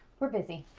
we're busy.